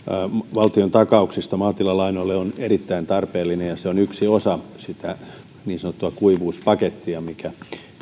valtiontakauksista maatilalainoille on erittäin tarpeellinen ja se on yksi osa sitä niin sanottua kuivuuspakettia mikä